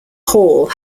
hall